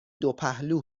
دوپهلو